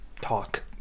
talk